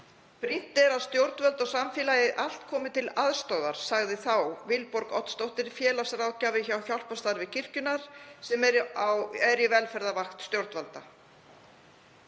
Brýnt er að stjórnvöld og samfélagið allt komið til aðstoðar, sagði þá Vilborg Oddsdóttir, félagsráðgjafi hjá Hjálparstarfi kirkjunnar, sem er í velferðarvakt stjórnvalda.